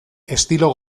estilo